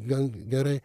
gan gerai